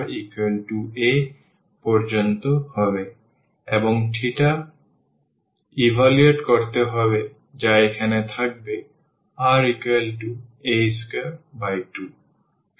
সুতরাং আমাদের কেবল এই ইন্টিগ্রাল ইভালুয়েট করতে হবে যা এখানে থাকবে r a22